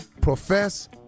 profess